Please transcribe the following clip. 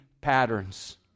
patterns